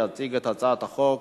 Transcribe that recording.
יציג את הצעת החוק